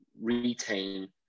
retain